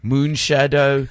Moonshadow